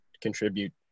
contribute